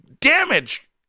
damage